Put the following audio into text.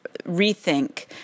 rethink